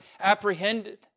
apprehended